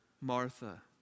Martha